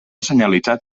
senyalitzat